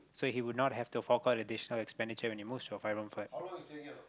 so he would not have to fork out additional expenditure when he moves to a five room flat